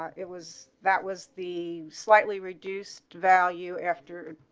it was that was the slightly reduced value after ah